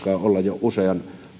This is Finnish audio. olla jo usean